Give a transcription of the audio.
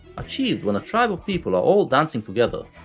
achieved when a tribe of people are all dancing together,